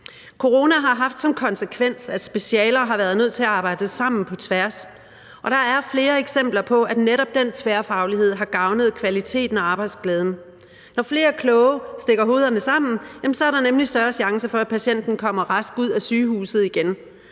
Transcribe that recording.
Corona har haft som konsekvens, at specialer har været nødt til at arbejde sammen på tværs, og der er flere eksempler på, at netop den tværfaglighed har gavnet kvaliteten og arbejdsglæden. Når flere kloge stikker hovederne sammen, er der nemlig større chance for, at patienten kommer rask ud af sygehuset igen,